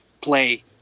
play